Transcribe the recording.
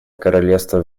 королевство